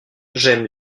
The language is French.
j’aime